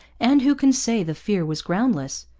and who can say the fear was groundless?